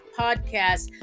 podcast